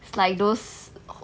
it's like those